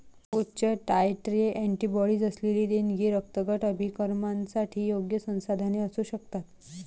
उच्च titre antibodies असलेली देणगी रक्तगट अभिकर्मकांसाठी योग्य संसाधने असू शकतात